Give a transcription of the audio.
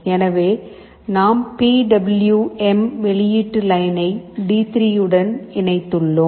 எனவே நாம் P W M வெளியீட்டு லைன்னை டி3 உடன் இணைத்துள்ளோம்